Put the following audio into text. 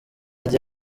rye